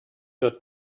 wird